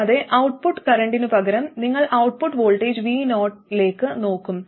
കൂടാതെ ഔട്ട്പുട്ട് കറന്റിനുപകരം നിങ്ങൾ ഔട്ട്പുട്ട് വോൾട്ടേജ് vo യിലേക്ക് നോക്കും